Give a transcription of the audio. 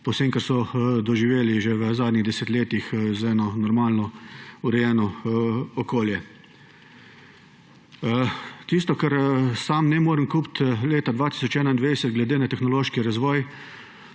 vsem, kar so doživeli že v zadnjih desetletjih, za eno normalno urejeno okolje. Tisto, česar sam ne morem kupiti, leta 2021 glede na tehnološki razvoj,